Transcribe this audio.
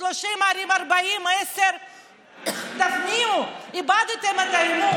30 ערים, 40, 10. תפנימו, איבדתם את האמון.